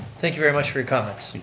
thank you very much for your comments.